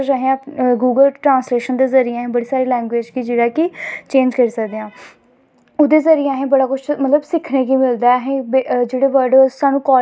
इनें चीज़ें गी लोग बिल्कुल ओह् नी करदे कि सैटिस्पाफाई नी करदे कि यद क्या है यह तो पुरानें जमानें की बातें हैं लेकिन इस गल्ले गी मतलव अग्गैं लेईयै जाना